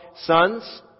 sons